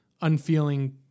unfeeling